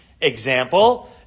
example